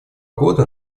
года